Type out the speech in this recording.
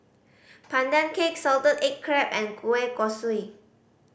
Pandan Cake salted egg crab and kueh kosui